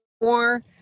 more